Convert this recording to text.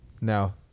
No